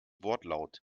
wortlaut